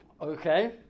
Okay